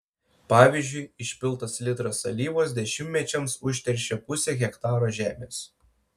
pavyzdžiui išpiltas litras alyvos dešimtmečiams užteršia pusę hektaro žemės